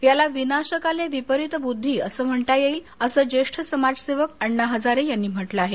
याला विनाशकाले विपरित बुद्वी असं म्हणता येईल असं ज्येष्ठ समाजसेवक अण्णा हजारे यांनी म्हटले आहे